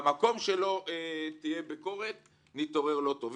היכן שלא תהיה ביקורת, נתעורר לא טוב.